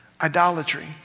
idolatry